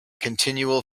continual